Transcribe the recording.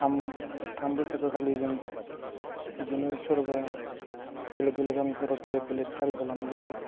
थाम थाम बैसागो खालि जों बिदिनो सोरबा बेलेक बेलेक गामिफोराव बेलेक बेलेक टारिगाव लानाय जायो